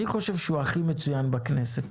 אני חושב שהוא הכי מצוין בכנסת.